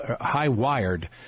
high-wired